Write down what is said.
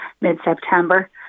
mid-September